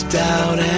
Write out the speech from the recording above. doubt